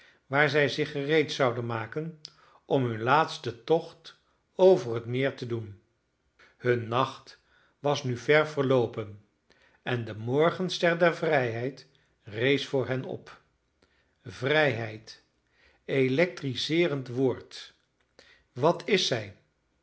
waar zij zich gereed zouden maken om hun laatsten tocht over het meer te doen hun nacht was nu ver verloopen en de morgenster der vrijheid rees voor hen op vrijheid electriseerend woord wat is zij